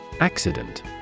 Accident